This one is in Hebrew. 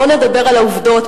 בואו נדבר על העובדות,